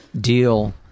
deal